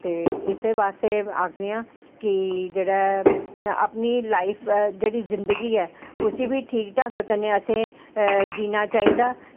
आं इस बास्तै आक्खनी आं कि जेह्ड़ा अपनी लाईफ जेह्ड़ी जिंदगी ऐ उसी बी ठीक ढंग कन्नै असें जीना चाहिदा